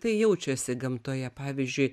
tai jaučiuosi gamtoje pavyzdžiui